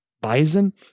Bison